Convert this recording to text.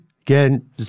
again